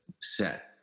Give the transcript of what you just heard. set